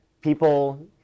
people